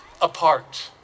apart